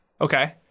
Okay